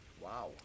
Wow